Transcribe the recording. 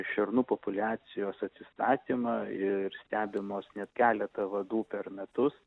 šernų populiacijos atsistatymą ir stebimos net keletą vadų per metus